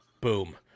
Boom